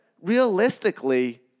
realistically